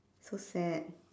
so sad